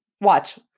watch